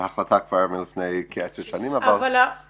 זו החלטה כבר מלפני כ-10 שנים אבל -- אבל --- מה,